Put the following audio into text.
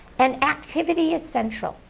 and activity is central.